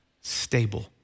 stable